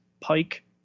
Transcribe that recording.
pike